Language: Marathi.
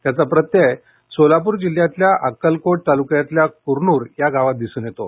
त्याचा प्रत्यय सोलापूर जिल्ह्यातील अक्कलकोट तालुक्यातल्या कुरनूर या गावात दिसून येतो